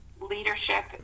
leadership